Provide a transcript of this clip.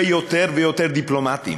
ויותר ויותר דיפלומטים,